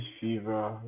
fever